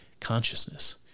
consciousness